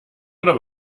oder